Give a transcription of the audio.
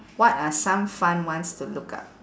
what are some fun ones to look up